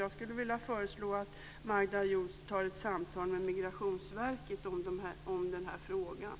Jag föreslår att Magda Ayoub tar ett samtal med Migrationsverket om den här frågan.